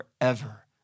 forever